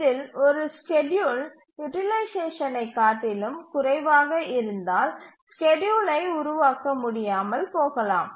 இதில் ஒரு ஸ்கேட்யூல் யூட்டிலைசேஷனை காட்டிலும் குறைவாக இருந்தால் ஸ்கேட்யூலை உருவாக்க முடியாமல் போகலாம்